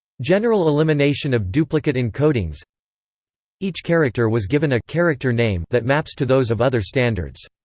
general elimination of duplicate encodings each character was given a character name that maps to those of other standards.